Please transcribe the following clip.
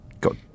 got